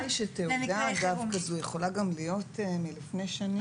הבעיה היא שתעודה כזו יכולה להיות מלפני שנים.